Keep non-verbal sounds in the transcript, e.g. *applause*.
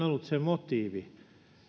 *unintelligible* ollut se motiivi